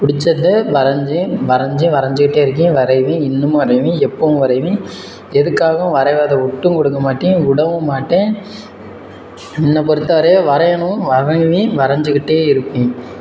பிடிச்சத வரைஞ்சேன் வரைஞ்சேன் வரைஞ்சிக்கிட்டே இருக்கேன் வரைவேன் இன்னமும் வரைவேன் எப்போவும் வரைவேன் எதுக்காகவும் வரைவதை விட்டும் கொடுக்க மாட்டேன் விடவும் மாட்டேன் என்னை பொறுத்தவரை வரையணும் வரைவேன் வரைஞ்சிக்கிட்டே இருப்பேன்